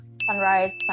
sunrise